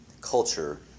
culture